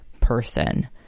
person